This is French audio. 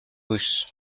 russe